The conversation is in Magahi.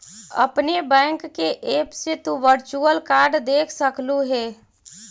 अपने बैंक के ऐप से तु वर्चुअल कार्ड देख सकलू हे